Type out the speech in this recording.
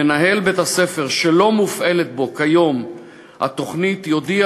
מנהל בית-ספר שלא מופעלת בו כיום התוכנית יודיע